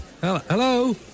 Hello